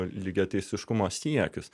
lygiateisiškumo siekius